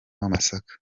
w’amasaka